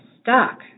stuck